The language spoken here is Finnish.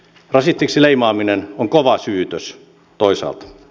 rasistiksi leimaaminen on kova syytös toisaalta